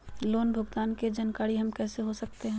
Loan भुगतान की जानकारी हम कैसे हो सकते हैं?